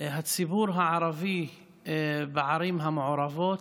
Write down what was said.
הציבור הערבי בערים המעורבות,